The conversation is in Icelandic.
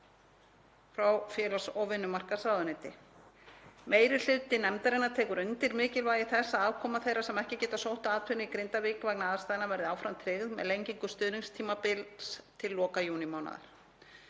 frá félags- og vinnumarkaðsráðuneyti. Meiri hluti nefndarinnar tekur undir mikilvægi þess að afkoma þeirra sem ekki geta sótt atvinnu í Grindavík vegna aðstæðna verði áfram tryggð með lengingu stuðningstímabils til loka júnímánaðar.